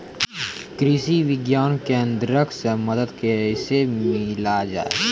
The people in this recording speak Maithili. कृषि विज्ञान केन्द्रऽक से मदद कैसे लिया जाय?